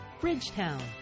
Bridgetown